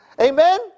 Amen